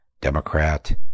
Democrat